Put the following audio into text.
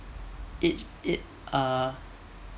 it it uh